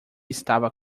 estava